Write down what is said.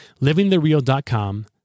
livingthereal.com